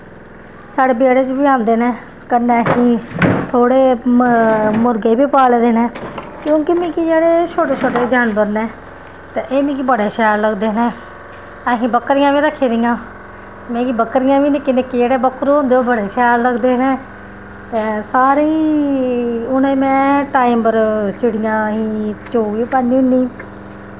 साढ़े बेह्ड़े च आंदे न कन्नै ही थोह्ड़े मुर्गे बी पाले दे न क्योंकि मिजेह्ड़े छोटे छोटे जानवर न ते एह् मिगी बड़े शैल लगदे न असेंगी बक्करियां बी रक्खी दियां न मिगी बक्करियां बी निक्के निक्के बक्करु होंदे ओह् बड़े शैल लगदे न ते सारें गी उ'नेंगी में टाइम उप्पर चिड़ियां ई चोग बी पान्नी होन्नी